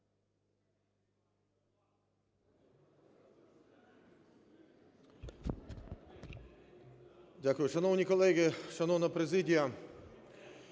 Дякую. Шановні колеги, шановна президія!